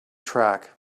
track